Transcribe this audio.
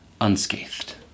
unscathed